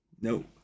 Nope